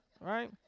right